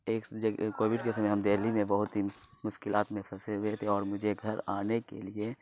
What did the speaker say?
ایک کووڈ کے سمے ہم دہلی میں بہت ہی مشکلات میں پھنسے ہوئے تھے اور مجھے گھر آنے کے لیے